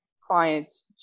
clients